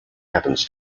happens